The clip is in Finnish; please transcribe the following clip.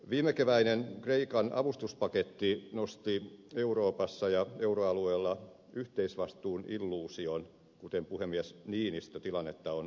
viimekeväinen kreikan avustuspaketti nosti euroopassa ja euroalueella yhteisvastuun illuusion kuten puhemies niinistö tilannetta on luonnehtinut